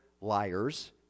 liars